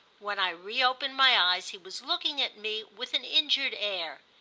when i reopened my eyes he was looking at me with an injured air.